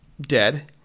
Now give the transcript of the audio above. dead